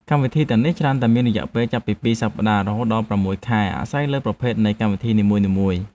កម្មវិធីទាំងនេះច្រើនតែមានរយៈពេលចាប់ពីពីរសប្តាហ៍រហូតដល់ប្រាំមួយខែអាស្រ័យលើប្រភេទនៃកម្មវិធីនីមួយៗ។